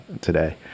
today